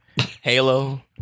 Halo